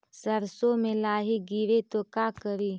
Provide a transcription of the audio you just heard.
सरसो मे लाहि गिरे तो का करि?